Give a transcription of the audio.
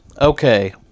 okay